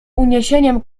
uniesieniem